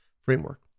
framework